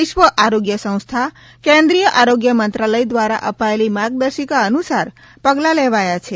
વિશ્વ આરોગ્ય સંસ્થા કેન્દ્રીય આરોગ્ય મંત્રાલય દ્વારા અપાયેલી માર્ગદર્શિકા અનુસાર પગલા લેવાયા છે